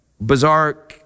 bizarre